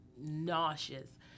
nauseous